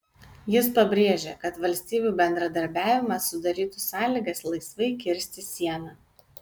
jis pabrėžė kad valstybių bendradarbiavimas sudarytų sąlygas laisvai kirsti sieną